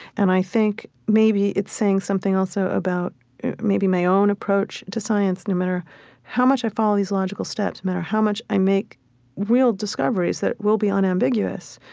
and i think maybe it's saying something also about maybe my own approach to science no matter how much i follow these logical steps, no matter how much i make real discoveries that will be unambiguous,